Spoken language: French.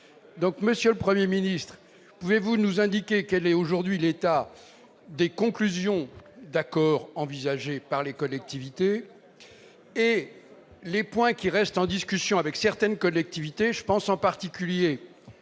Monsieur le Premier ministre, pouvez-vous nous indiquer quel est l'état des conclusions d'accords envisagées par les collectivités et les points restant en discussion avec certaines d'entre elles ? Je pense, en particulier,